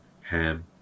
Ham